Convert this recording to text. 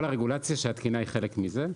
כל הרגולציה של התקינה היא חלק מזה.